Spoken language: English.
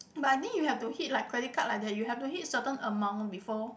but I think you have to hit like credit card like that you have to hit certain amount before